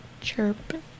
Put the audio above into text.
chirp